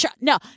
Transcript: No